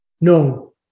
No